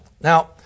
Now